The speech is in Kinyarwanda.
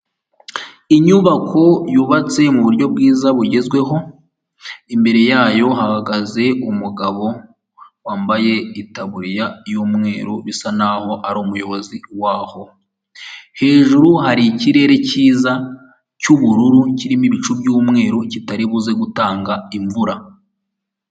Inyubako yubatse mu buryo bwiza bugezweho, imbere yayo hahagaze umugabo wambaye itaburiya y'umweru bisa naho ari umuyobozi waho, hejuru hari ikirere cyiza cy'ubururu kirimo ibicu by'umweru kitari buze gutanga imvura.